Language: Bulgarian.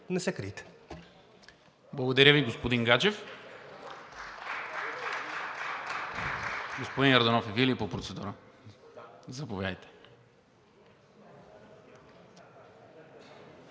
Не се крийте!